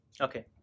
Okay